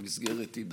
המסגרת היא דקה.